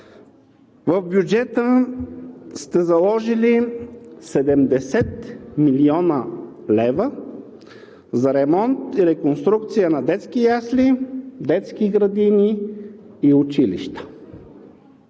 В бюджета сте заложили 70 млн. лв. за ремонт и реконструкция на детски ясли, детски градини и училища.